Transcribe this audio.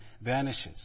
vanishes